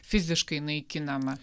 fiziškai naikinama